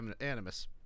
Animus